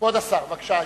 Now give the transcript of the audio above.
כבוד השר, בבקשה,